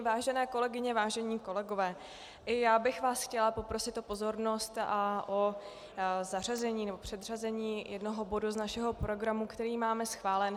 Vážené kolegyně, vážení kolegové i já bych vás chtěla poprosit o pozornost a o zařazení nebo předřazení jednoho bodu z našeho programu, který máme schválen.